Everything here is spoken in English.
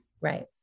Right